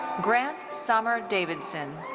grant sommer davidson.